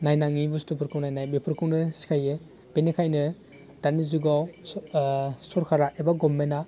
नायनाङि बुस्थुफोरखौ नायनाय बेफोरखौनो सिखाइयो बेनिखाइनो दानि जुगाव स सरकारा एबा गभमेन्टआ